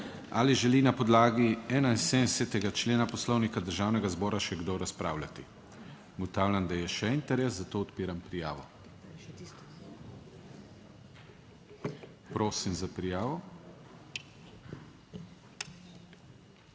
ali želi na podlagi 71. člena Poslovnika Državnega zbora še kdo razpravljati? Ugotavljam, da je še interes, zato odpiram prijavo. Prosim za prijavo.